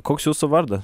koks jūsų vardas